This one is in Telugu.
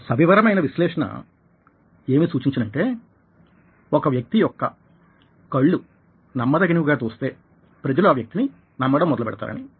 ఒక సవివరమైన విశ్లేషణ ఏమి సూచించెనంటే ఒక వ్యక్తి యొక్క కళ్ళు నమ్మదగినవిగా తోస్తే ప్రజలు ఆ వ్యక్తిని నమ్మడం మొదలుపెడతారు అని